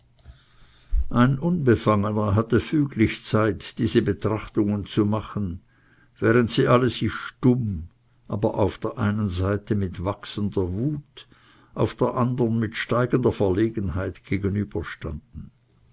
ein unbefangener hatte füglich zeit diese betrachtungen zu machen während sie alle sich stumm aber auf der einen seite mit wachsender wut auf der andern mit steigender verlegenheit gegenüberstanden